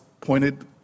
pointed